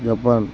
Japan